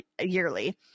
yearly